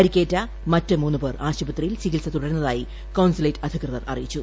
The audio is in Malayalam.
പരിക്കേറ്റ മറ്റ് മൂന്നു പേർ ആശുപത്രിയിൽ ചികിൽസ തുടരുന്നതായി കോൺസുലേറ്റ് അധികൃതർ അറിയിച്ചു